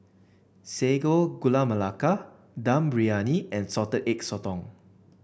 Sago Gula Melaka Dum Briyani and Salted Egg Sotong